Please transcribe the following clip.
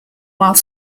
while